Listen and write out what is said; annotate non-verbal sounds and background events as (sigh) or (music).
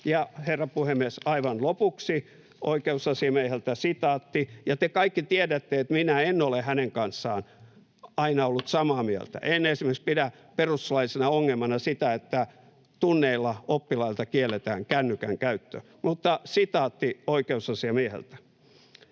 herra puhemies, aivan lopuksi oikeusasiamieheltä sitaatti — ja te kaikki tiedätte, että minä en ole hänen kanssaan aina ollut samaa mieltä. (noise) En esimerkiksi pidä perustuslaillisena ongelmana sitä, että tunneilla oppilailta (noise) kielletään kännykän käyttö. Mutta sitaatti oikeusasiamieheltä: